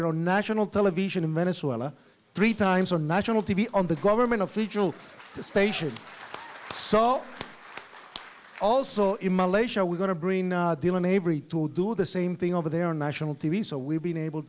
it on national television in minnesota three times on national t v on the government official station so also in malaysia we're going to bring every tool do the same thing over there on national t v so we've been able